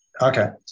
Okay